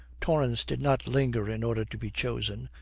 torrance did not linger in order to be chosen,